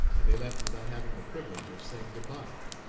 and they left without having the privilege of saying good-by.